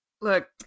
Look